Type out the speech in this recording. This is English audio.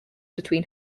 between